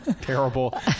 Terrible